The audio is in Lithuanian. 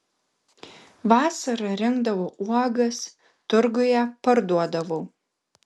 vasarą rinkdavau uogas turguje parduodavau